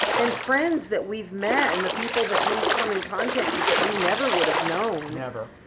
and friends that we've met, and the people that we've come in contact with that we never would've known. never.